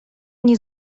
nie